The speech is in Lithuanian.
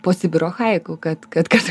po sibiro aišku kad kas